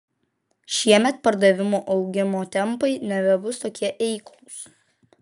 šiemet pardavimų augimo tempai nebebus tokie eiklūs